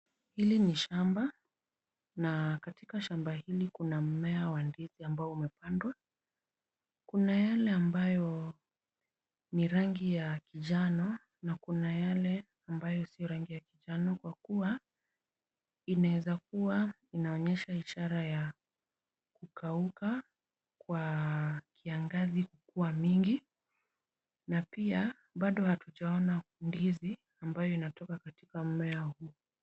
Hili ni shamba na katika shamba hili kuna mmea wa ndizi ambayo umepandwa . Kuna yale ambayo ni rangi ya manjano na kuna yale ambayo si rangi ya manjano kwa kuwa inaweza kuwa inaonyesha ishara ya kukauka kwa kiangazi kuwa mingi na pia bado hatujaona ndizi ambayo inatoka katika mmea huu.